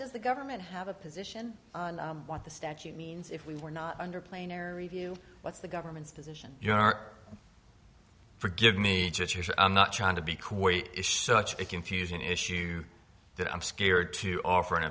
does the government have a position what the statute means if we were not under plainer review what's the government's position you are forgive me i'm not trying to be cool if such a confusion issue that i'm scared to offer an